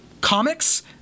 Comics